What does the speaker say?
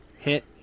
hit